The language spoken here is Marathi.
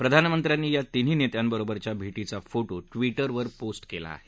प्रधानमंत्र्यांनी या तिन्ही नेत्यांबरोबरच्या भेटीचे फोटा ट्विटरवर पोस्ट केले आहेत